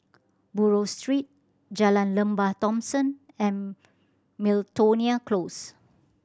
Buroh Street Jalan Lembah Thomson and Miltonia Close